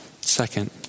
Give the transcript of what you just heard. Second